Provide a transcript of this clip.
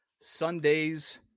Sundays